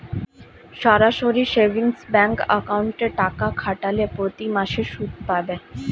সরাসরি savings bank অ্যাকাউন্টে টাকা খাটালে প্রতিমাসে সুদ পাবে